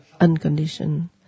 unconditioned